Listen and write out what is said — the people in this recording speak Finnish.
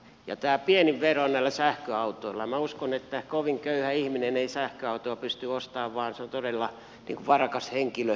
ja tämä pieni vero näillä sähköautoilla minä uskon että kovin köyhä ihminen ei sähköautoa pysty ostamaan vaan sen tekee todella varakas henkilö